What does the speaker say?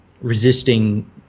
resisting